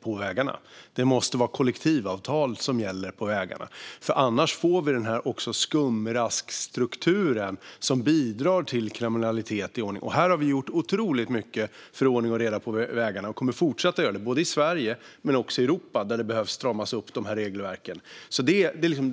på vägarna. Det måste vara kollektivavtal som gäller på vägarna. Annars får vi en skumraskstruktur som bidrar till kriminalitet. Vi har gjort otroligt mycket för att få ordning och reda på vägarna, och vi kommer att fortsätta att göra det i Sverige men också i Europa, där regelverken behöver stramas upp.